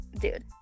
dude